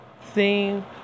theme